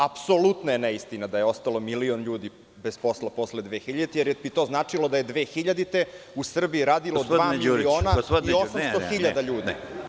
Apsolutna je neistina da je ostalo milion ljudi bez posla posle 2000. godine, jer bi to značilo 2000. godine u Srbiji radilo dva miliona i 800 hiljada ljudi.